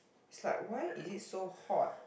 is like why is it so hot